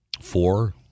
four